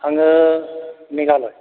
आङो मेघालय